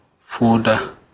folder